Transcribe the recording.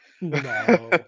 No